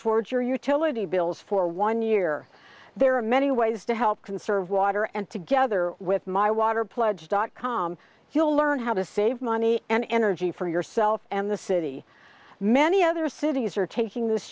towards your utility bills for one year there are many ways to help conserve water and together with my water pledge dot com you'll learn how to save money and energy for yourself and the city many other cities are taking this